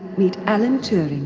meet alan turing,